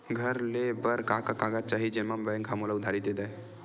घर ले बर का का कागज चाही जेम मा बैंक हा मोला उधारी दे दय?